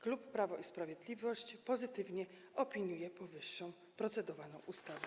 Klub Prawo i Sprawiedliwość pozytywnie opiniuje powyższą procedowaną ustawę.